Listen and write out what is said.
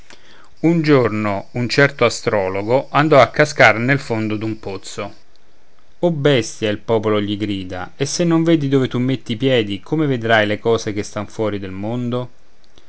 un giorno un certo astrologo andò a cascar nel fondo d'un pozzo o bestia il popolo gli grida e se non vedi dove tu metti i piedi come vedrai le cose che stan fuori del mondo